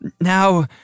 Now